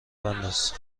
بنداز